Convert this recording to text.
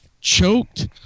Choked